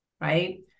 right